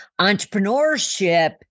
entrepreneurship